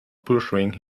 pursuing